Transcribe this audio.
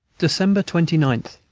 december twenty nine.